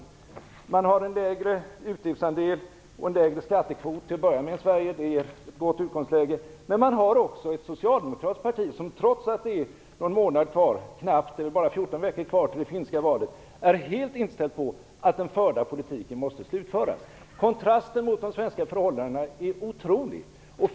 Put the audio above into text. Man har till att börja med en lägre utgiftsandel och en lägre skattekvot än Sverige, vilket är ett gott utgångsläge. Men man har också ett socialdemokratiskt parti, som trots att det bara är 14 veckor kvar till det finska valet, är helt inställt på att den förda politiken måste slutföras. Kontrasten mot de svenska förhållandena är otrolig.